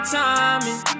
timing